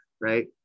Right